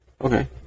Okay